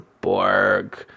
Borg